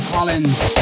Collins